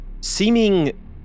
seeming